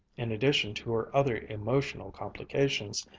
in addition to her other emotional complications,